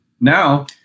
Now